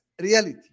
reality